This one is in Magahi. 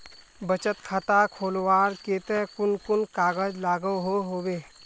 बचत खाता खोलवार केते कुन कुन कागज लागोहो होबे?